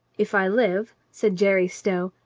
if i live, said jerry stow,